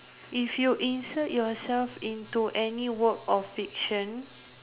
if you insert yourself into any work of fiction